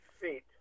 feet